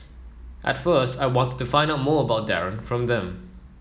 at first I wanted to find out more about Darren from them